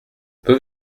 peux